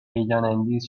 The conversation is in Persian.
هیجانانگیز